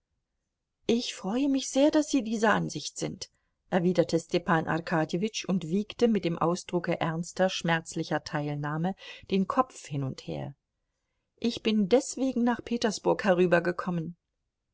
ich freue mich sehr daß sie dieser ansicht sind erwiderte stepan arkadjewitsch und wiegte mit dem ausdrucke ernster schmerzlicher teilnahme den kopf hin und her ich bin deswegen nach petersburg herübergekommen